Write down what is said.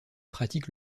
pratique